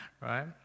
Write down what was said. Right